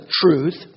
truth